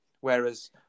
Whereas